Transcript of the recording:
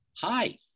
hi